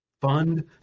fund